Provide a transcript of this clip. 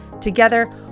Together